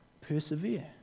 Persevere